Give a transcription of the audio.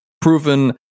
proven